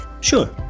Sure